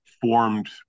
formed